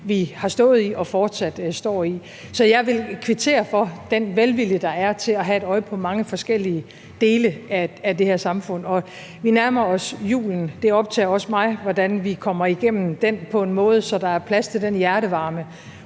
vi har stået i og fortsat står i. Så jeg vil kvittere for den velvilje, der er, til at have et øje på mange forskellige dele af det her samfund. Vi nærmer os julen. Det optager også mig, hvordan vi kommer igennem den på en måde, så der er plads til den hjertevarme